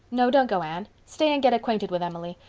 no, don't go, anne. stay and get acquainted with emily.